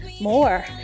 more